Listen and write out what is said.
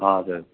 हजुर